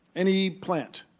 any plant,